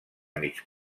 mig